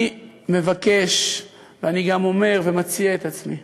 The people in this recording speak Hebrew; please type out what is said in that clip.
אני מבקש ואני גם אומר ומציע את עצמי